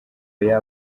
oya